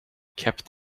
kept